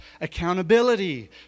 Accountability